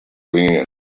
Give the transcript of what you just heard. ringing